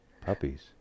Puppies